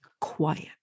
quiet